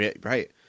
Right